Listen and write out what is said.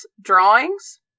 drawings